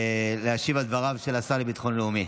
להשיב על דבריו של השר לביטחון לאומי.